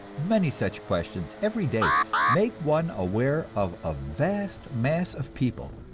many such questions every day make one aware of a vast mass of people,